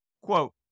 Quote